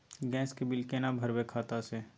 Gas के bill केना भरबै खाता से?